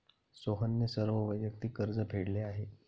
सोहनने सर्व वैयक्तिक कर्ज फेडले आहे